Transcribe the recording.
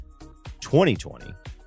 2020